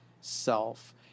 self